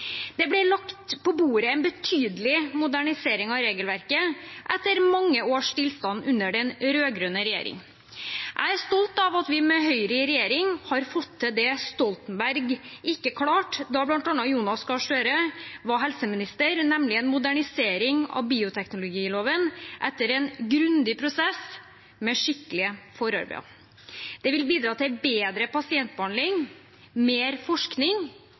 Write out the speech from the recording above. Det ble lagt på bordet en betydelig modernisering av regelverket etter mange års stillstand under den rød-grønne regjeringen. Jeg er stolt av at vi med Høyre i regjering har fått til det Stoltenberg ikke klarte da bl.a. Jonas Gahr Støre var helseminister, nemlig en modernisering av bioteknologiloven, etter en grundig prosess med skikkelige forarbeider. Det vil bidra til bedre pasientbehandling, mer forskning